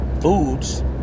foods